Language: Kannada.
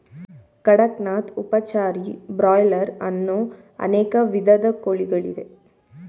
ಕಡಕ್ ನಾಥ್, ಉಪಚಾರಿ, ಬ್ರಾಯ್ಲರ್ ಅನ್ನೋ ಅನೇಕ ವಿಧದ ಕೋಳಿಗಳಿವೆ